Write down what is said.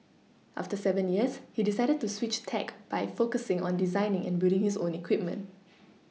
after seven years he decided to switch tack by focusing on designing and building his own equipment